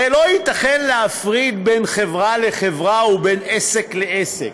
הרי לא ייתכן להפריד בין חברה לחברה ובין עסק לעסק.